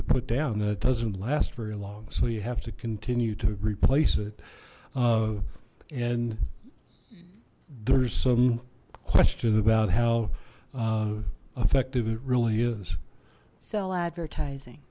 to put down and it doesn't last very long so you have to continue to replace it and there's some question about how effective it really is sell advertising